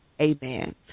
Amen